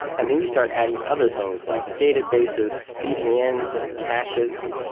and then you start adding other things like databases, cdns, and caches,